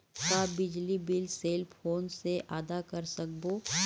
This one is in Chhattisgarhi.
का बिजली बिल सेल फोन से आदा कर सकबो?